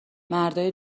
مردای